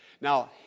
Now